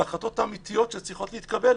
וההחלטות האמיתיות שצריכות להתקבל,